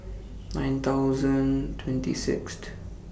nine thousand twenty Sixth